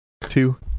two